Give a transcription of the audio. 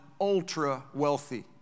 ultra-wealthy